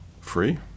free